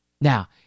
Now